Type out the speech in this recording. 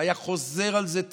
הוא היה חוזר על זה תמיד.